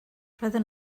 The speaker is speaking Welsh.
roedden